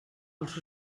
els